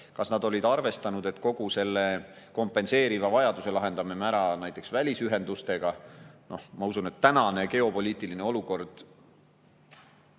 kas nad olid arvestanud, et me kogu selle kompenseeriva vajaduse lahendame ära näiteks välisühendustega. Ma usun, et tänane geopoliitiline olukord